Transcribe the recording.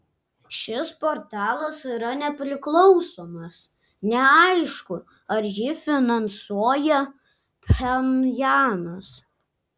šis portalas yra nepriklausomas neaišku ar jį finansuoja pchenjanas